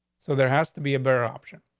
so there has to be a better option,